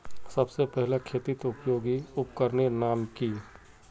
सबसे पहले खेतीत उपयोगी उपकरनेर नाम की?